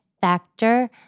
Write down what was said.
factor